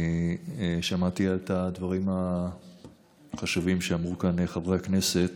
אני שמעתי את הדברים החשובים שאמרו כאן חברי הכנסת,